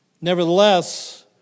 Nevertheless